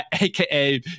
aka